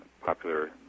popular